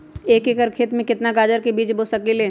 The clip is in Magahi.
एक एकर खेत में केतना गाजर के बीज बो सकीं ले?